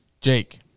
Jake